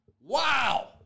Wow